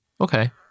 Okay